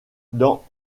dans